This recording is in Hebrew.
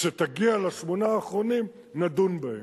כשתגיע לשמונה האחרונים נדון בהם.